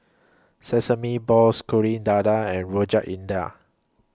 Sesame Balls Kuih Dadar and Rojak India